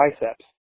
biceps